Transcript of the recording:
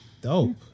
Dope